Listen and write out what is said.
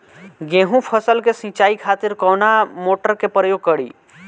गेहूं फसल के सिंचाई खातिर कवना मोटर के प्रयोग करी?